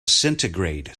centigrade